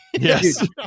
yes